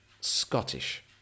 Scottish